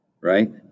Right